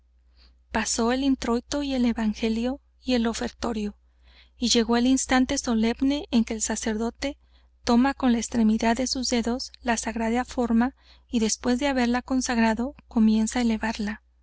pasó el introito y el evangelio y el ofertorio y llegó el instante solemne en que el sacerdote después de haberla consagrado toma con la extremidad de sus dedos la sagrada forma y comienza á elevarla